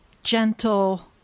Gentle